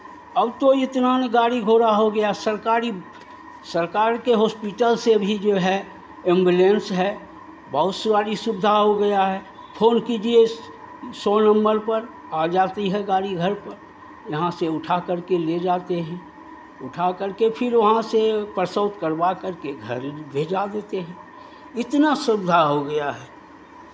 अब तो इतना ना गाड़ी घोड़ा हो गया सरकारी सरकार के हॉस्पिटल से भी जो है एम्बुलेंस है बहुत सारी सुविधा हो गया है फोन कीजिए सौ नंबर पर आ जाती है गाड़ी घर पर यहाँ से उठाकर के ले जाते हैं उठाकर के फिर वहाँ से प्रसव करवा कर के घर भिजवा देते हैं इतना सुविधा हो गया है